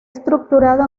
estructurado